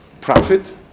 profit